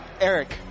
Eric